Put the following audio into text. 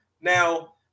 now